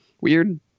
weird